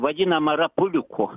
vadinamą rapuliuku